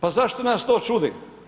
Pa zašto nas to čudi?